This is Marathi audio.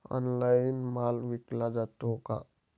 ऑनलाइन माल विकला जातो का?